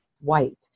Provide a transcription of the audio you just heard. white